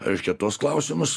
reiškia tuos klausimus